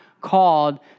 called